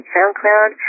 SoundCloud